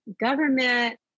government